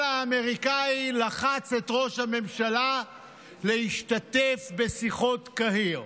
האמריקאי לחץ את ראש הממשלה להשתתף בשיחות קהיר.